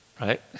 Right